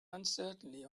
uncertainly